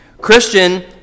Christian